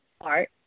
art